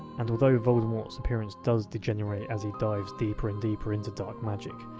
and although voldemort's appearance does degenerate as he dives deeper and deeper into dark magic,